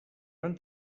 van